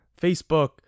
Facebook